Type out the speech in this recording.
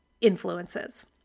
influences